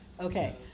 Okay